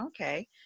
Okay